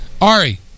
Ari